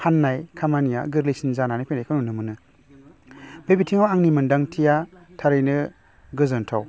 खामानिया गोरलैसिन जानानै फैनायखौ नुनो मोनो बे बिथिङाव आंनि मोनदांथिया थारैनो गोजोन्थाव